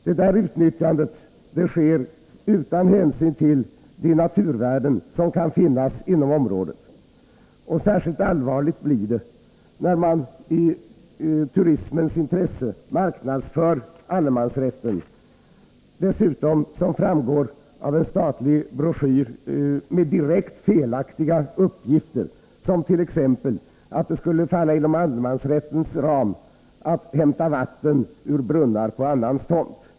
Detta utnyttjande sker utan hänsyn till de naturvärden som kan finnas inom området. Särskilt allvarligt blir det när man i turismens intresse marknadsför allemansrätten. Det görs ibland, som framgår av en statlig broschyr, med direkt felaktiga uppgifter, som t.ex. att det skulle falla inom allemansrättens ram att hämta vatten ur brunnar på annans tomt.